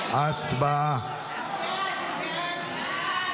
אותם --- הלוחמים שלנו בשדה הקרב,